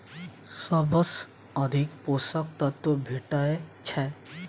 सबसँ अधिक पोसक तत्व भेटय छै?